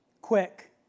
Quick